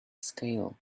scale